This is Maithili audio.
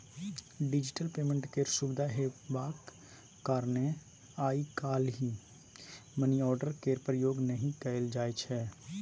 डिजिटल पेमेन्ट केर सुविधा हेबाक कारणेँ आइ काल्हि मनीआर्डर केर प्रयोग नहि कयल जाइ छै